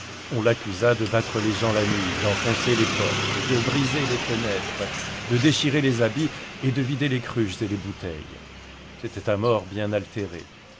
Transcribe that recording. on l'accusa de battre les gens la nuit d'enfoncer les portes de briser les fenêtres de déchirer les habits et de vider les cruches et les bouteilles c'était un mort bien altéré